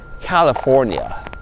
California